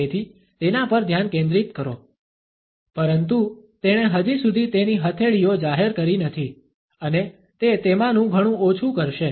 તેથી તેના પર ધ્યાન કેન્દ્રિત કરો પરંતુ તેણે હજી સુધી તેની હથેળીઓ જાહેર કરી નથી અને તે તેમાંનુ ઘણું ઓછું કરશે